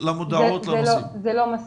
זה לא מספיק.